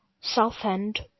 Southend